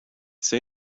say